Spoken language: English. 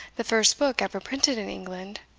the first book ever printed in england,